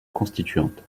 constituante